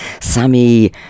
Sammy